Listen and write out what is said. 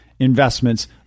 investments